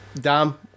Dom